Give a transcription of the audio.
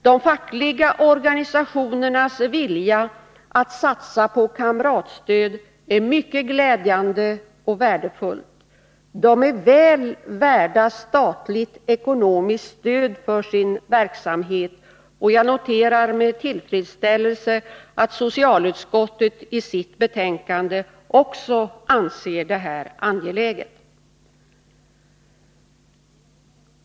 De fackliga organisationernas vilja att satsa på kamratstöd är mycket glädjande och värdefull. De är väl värda statligt ekonomiskt stöd för sin verksamhet. Jag noterar med tillfredsställelse att också socialutskottet i sitt betänkande anser detta angeläget.